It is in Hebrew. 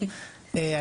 בשמחה.